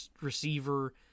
Receiver